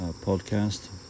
podcast